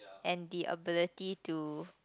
and the ability to